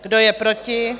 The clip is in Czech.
Kdo je proti?